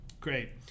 Great